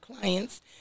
clients